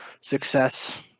success